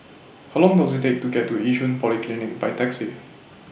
How Long Does IT Take to get to Yishun Polyclinic By Taxi